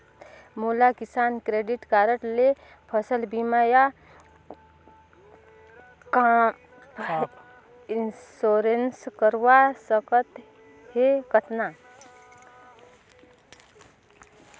मोला Kisan credit card ले फसल बीमा या क्रॉप इंश्योरेंस करवा सकथ हे कतना?